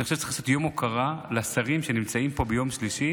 אני חושב שצריך לעשות יום הוקרה לשרים שנמצאים פה ביום שלישי.